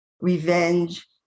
revenge